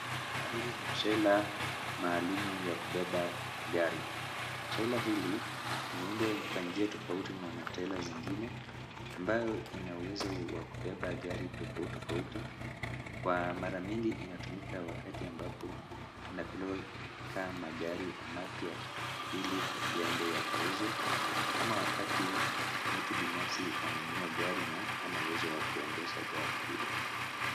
Hili ni trela maalumu ya kubeba gari. Trela hili imeundwa kwa njia tofauti na matrela zingine, ambayo ina uwezo wa kubeba gari tofauti tofauti. kwa mara mingi inatumika wakati ambapo kama gari mampya ili iyende yakauzwe ama wakati mtu binafsi amenunua gari na hana uwezo wa kuendesha gari hilo.